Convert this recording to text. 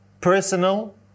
personal